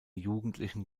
jugendlichen